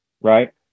right